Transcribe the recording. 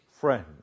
friend